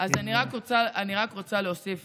אז אני רק רוצה להוסיף.